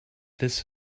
this